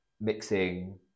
mixing